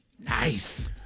Nice